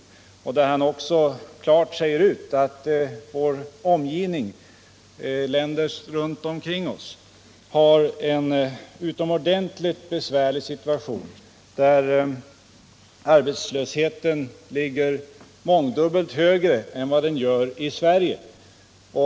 Ingemund Bengtsson sade också klart ut att situationen i länderna runt omkring oss är utomordentligt besvärlig och att arbetslösheten där ligger mångdubbelt högre än i Sverige.